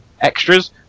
Extras